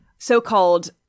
so-called